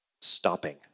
stopping